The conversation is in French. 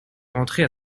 rentrer